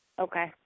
Okay